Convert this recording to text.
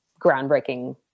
groundbreaking